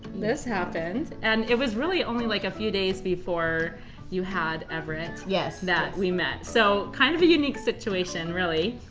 this happened. and it was really only like a few days before you had everett that we met, so kind of a unique situation really.